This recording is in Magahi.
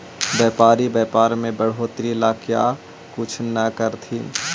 व्यापारी व्यापार में बढ़ोतरी ला क्या कुछ न करथिन